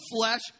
flesh